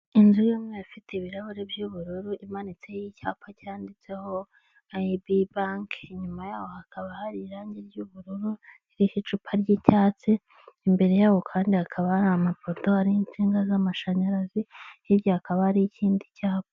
Inzu yumweru ifite ibirahuri by'ubururu imanitseho icyapa cyanditseho ayibi banke inyuma yaho hakaba hari irangi ry'ubururu iriho icupa ry'icyatsi imbere y'aho kandi hakaba hari amapoto ariho insinga z'amashanyarazi hirya hakaba hari ikindi cyapa.